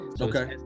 Okay